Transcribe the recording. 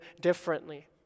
differently